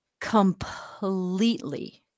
completely